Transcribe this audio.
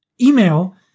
email